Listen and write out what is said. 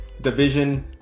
Division